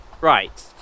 Right